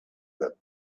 that